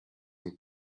and